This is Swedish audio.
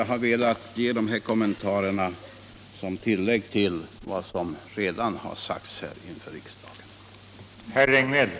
Jag har velat göra dessa kommentarer som ett tillägg till det som redan sagts i debatten, och jag yrkar bifall till utskottets hemställan.